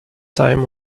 time